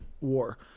war